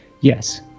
Yes